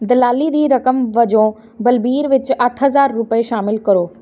ਦਲਾਲੀ ਦੀ ਰਕਮ ਵਜੋਂ ਬਲਬੀਰ ਵਿੱਚ ਅੱਠ ਹਜ਼ਾਰ ਰੁਪਏ ਸ਼ਾਮਲ ਕਰੋ